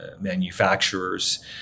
manufacturers